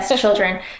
children